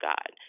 God